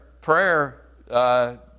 prayer